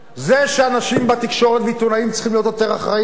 זה שאנשים בתקשורת ועיתונאים צריכים להיות יותר אחראיים,